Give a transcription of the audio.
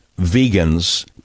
vegans